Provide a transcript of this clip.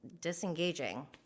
disengaging